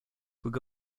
would